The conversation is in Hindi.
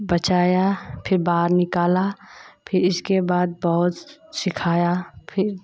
बचाया फिर बाहर निकाला फिर इसके बाद बहुत सिखाया फिर